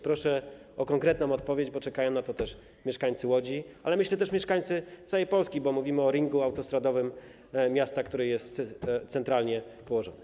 Proszę o konkretną odpowiedź, bo czekają na to mieszkańcy Łodzi, ale myślę, że też mieszkańcy całej Polski, bo mówimy o ringu autostradowym miasta, które jest centralnie położone.